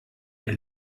ihr